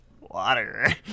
Water